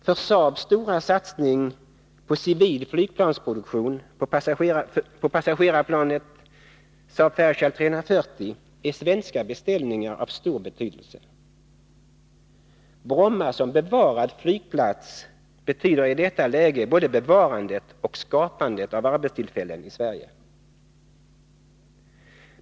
För Saabs stora satsning på civil flygplansproduktion — passagerarplanet Saab Fairchild 340 — är svenska beställningar av stor betydelse. Bromma som bevarad flygplats betyder i detta läge både bevarandet och skapandet av arbetstillfällen i Sverige.